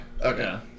okay